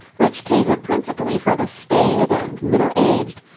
which catered principally for the staid and middle-aged,